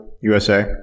USA